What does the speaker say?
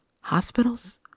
hospitals